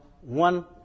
one